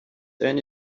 then